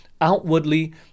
Outwardly